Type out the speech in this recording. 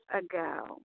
ago